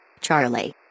Charlie